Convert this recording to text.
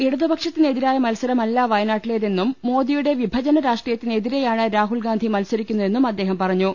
ഇടതുപക്ഷത്തിനെതിരായ മത്സരമല്ല വയനാട്ടിലേതെന്നും മോദി യുടെ വിഭജന രാഷ്ട്രീയത്തിനെതിരെയാണ് രാഹുൽ ഗാന്ധി മത്സ രിക്കുന്നതെന്നും അദ്ദേഹം പറഞ്ഞു